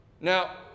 now